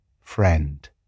friend